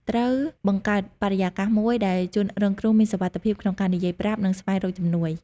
ត្រូវបង្កើតបរិយាកាសមួយដែលជនរងគ្រោះមានសុវត្ថិភាពក្នុងការនិយាយប្រាប់ និងស្វែងរកជំនួយ។